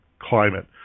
climate